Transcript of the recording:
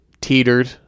teetered